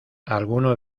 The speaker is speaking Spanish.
alguno